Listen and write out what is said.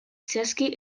zehazki